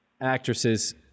actresses